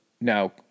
now